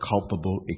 culpable